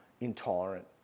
intolerant